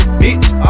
bitch